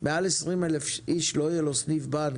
עם יותר מ-20,000 תושבים לא יהיה לו סניף בנק.